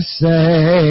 say